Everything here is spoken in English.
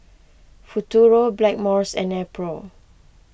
Futuro Blackmores and Nepro